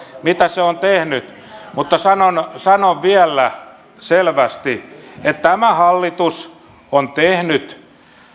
mitä se on tehnyt mutta sanon sanon vielä selvästi tämä hallitus on tehnyt